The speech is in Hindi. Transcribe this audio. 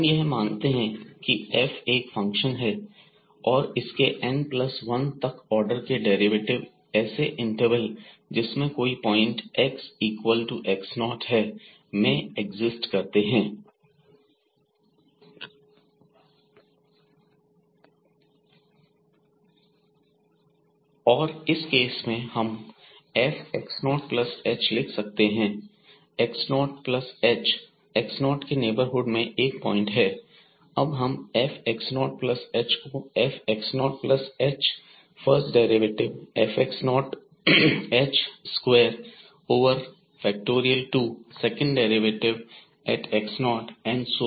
हम यह मानते हैं की f एक फंक्शन है और इसके n1 तक ऑर्डर के डेरिवेटिव ऐसे इंटरवेल जिसमें कोई point x equal to x0 है मैं एक्सिस्ट करते हैं और इस केस में हम f x0h लिख सकते हैं x 0h x0 के नेबरहुड में 1 पॉइंट है अब हम f x0h को f x0 plus h first derivative f x0 plus h square over factorial two second derivative eight x0 and so on fx0hfx0hfx0h22